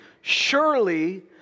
Surely